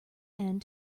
end